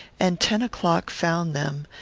and ten o'clock found them,